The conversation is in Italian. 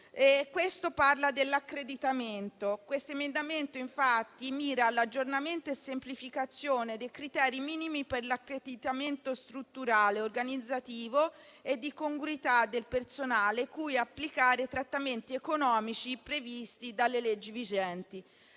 4.234 sull'accreditamento. L'emendamento mira all'aggiornamento e alla semplificazione dei criteri minimi per l'accreditamento strutturale organizzativo e di congruità del personale cui applicare i trattamenti economici previsti dalle leggi vigenti.